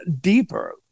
deeper